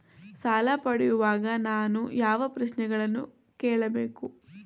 ಸಾಲ ಪಡೆಯುವಾಗ ನಾನು ಯಾವ ಪ್ರಶ್ನೆಗಳನ್ನು ಕೇಳಬೇಕು?